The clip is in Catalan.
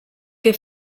que